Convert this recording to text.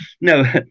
no